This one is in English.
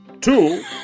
two